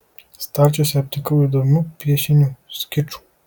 stalčiuose aptikau įdomių piešinių škicų